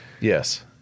yes